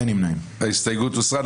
הצבעה ההסתייגות לא התקבלה.